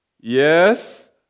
Yes